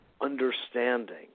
understanding